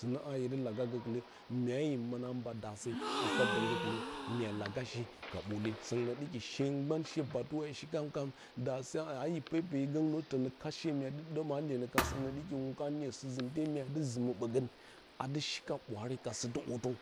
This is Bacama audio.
Sunnə a hye dɨ lage, gokɨlə mya yə mɨna mba daare a kobdən gokɨlə mya lagashe ka ɓole soungno dɨki shegban, she batuwe a shi kan kan daase a i pepeni gougno tonə i hashe muadɨ dɨmo, a iyenokarə soungno dɨki wunkaniye sɨzimte mya dɨ zimə ɓogə a di shika ɓwaare ka sɨdɨ orto